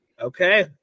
Okay